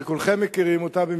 שכולכם מכירים אותה,